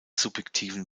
subjektiven